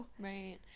Right